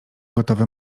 gotowe